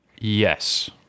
Yes